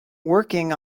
working